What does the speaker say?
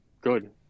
good